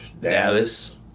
Dallas